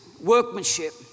workmanship